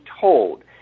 told